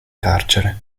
carcere